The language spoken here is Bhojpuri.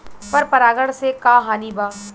पर परागण से का हानि बा?